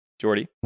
Jordy